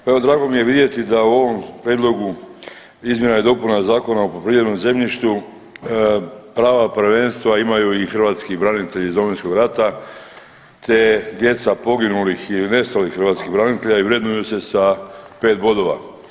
Pa evo drago mi je vidjeti da u ovom prijedlogu izmjena i dopuna Zakona o poljoprivrednom zemljištu prava prvenstva imaju i hrvatski branitelji iz Domovinskog rata te djeca poginulih i nestalih hrvatskih branitelja i vrednuju se sa pet bodova.